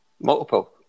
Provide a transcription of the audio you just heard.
Multiple